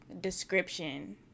Description